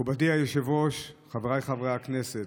מכובדי היושב-ראש, חבריי חברי הכנסת,